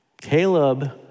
Caleb